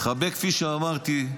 כפי שאמרתי,